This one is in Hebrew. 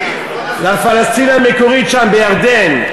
לפלסטין המקורית שם בירדן,